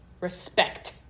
respect